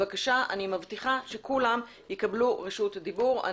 אני מבטיחה שכולם יקבלו רשות דיבור.